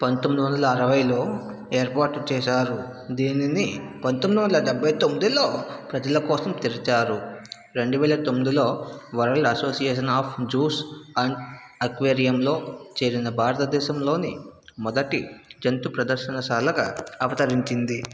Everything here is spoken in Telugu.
పంతొమ్మిది వందల ఆరవైలో ఏర్పాటు చేశారు దీనిని పంతొమ్మిది వందల డెబ్బై తొమ్మిదిలో ప్రజల కోసం తెరిచారు రెండువేల తొమ్మిదిలో world association of zoos and అక్వేరియంలో చేరిన భారతదేశంలోని మొదటి జంతు ప్రదర్శనశాలగా అవతరించింది